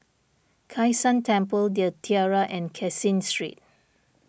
Kai San Temple the Tiara and Caseen Street